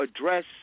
address